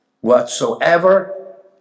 whatsoever